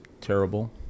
terrible